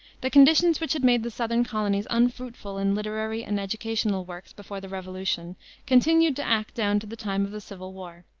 the conditions which had made the southern colonies unfruitful in literary and educational works before the revolution continued to act down to the time of the civil war.